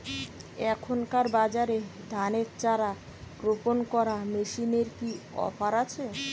এখনকার বাজারে ধানের চারা রোপন করা মেশিনের কি অফার আছে?